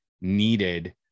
needed